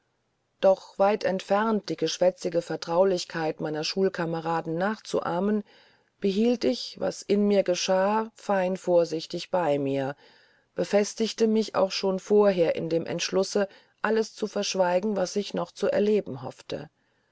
doch weit entfernt die geschwätzige vertraulichkeit meiner schulcameraden nachzuahmen behielt ich was in mir geschah fein vorsichtig bei mir befestigte mich auch schon vorher in dem entschluße alles zu verschweigen was ich noch zu erleben hoffte